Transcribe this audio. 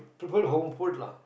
prefer home food lah